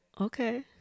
Okay